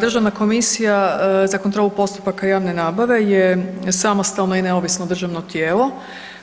Državna komisija za kontrolu postupaka javne nabave je samostalno i neovisno državno tijelo